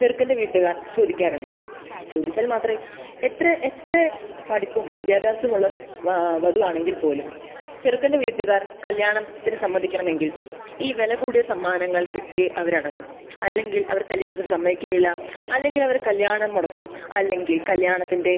ചെറുക്കൻറ്റെ വീട്ടുകാർ ചോദിക്കാറുണ്ട് ചോദിച്ചാൽ മാത്രമേ എത്ര എത്ര പഠിപ്പും വിദ്യാഭ്യാസവുമുള്ള സ് വധുവാണെങ്കിൽ പോലും ചെറുക്കൻറ്റെ വീട്ടുകാർ കല്യാണത്തിന് സമ്മതിക്കണമെങ്കിൽ ഈ വില കൂടിയ സമ്മാനങ്ങൾ കിട്ടിയേ അവരടങ്ങു അല്ലെങ്കിൽ അവർ കല്യാണത്തിന് സമ്മതിക്കുകയേയില്ല അല്ലെങ്കിൽ അവർ കല്യാണം മുടക്കും അല്ലെങ്കിൽ കല്യാണത്തിൻറ്റെ